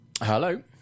Hello